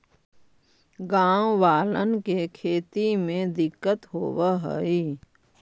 गाँव वालन के खेती में दिक्कत होवऽ हई